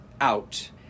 out